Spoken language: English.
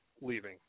leaving